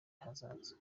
hazaza